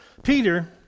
Peter